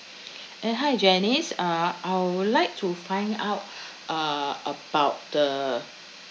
eh hi janice uh I would like to find out uh about the